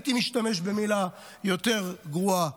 הייתי משתמש במילה יותר גרועה,